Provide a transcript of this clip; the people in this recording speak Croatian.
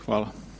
Hvala.